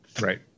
Right